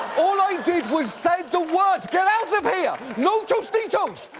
all i did was said the word. get out of here! no tostitos!